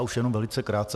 Už jenom velice krátce.